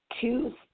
two